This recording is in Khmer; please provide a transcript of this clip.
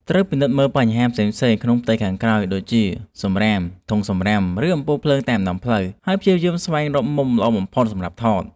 ត្រូវពិនិត្យមើលបញ្ហាផ្សេងៗក្នុងផ្ទៃខាងក្រោយ ដូចជា សំរាម ធុងសំរាម ឬ អំពូលភ្លើងតាមដងផ្លូវ ហើយព្យាយាមស្វែងរកមុំល្អបំផុតសម្រាប់ថត។